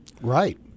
Right